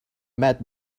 met